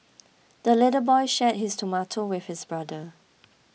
the little boy shared his tomato with his brother